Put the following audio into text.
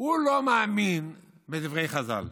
הוא לא מאמין בדברי חז"ל.